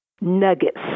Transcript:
nuggets